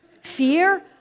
Fear